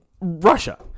Russia